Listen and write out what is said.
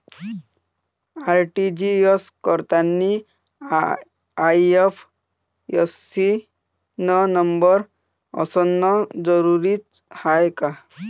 RTGS करतांनी IFSC न number असनं जरुरीच हाय का?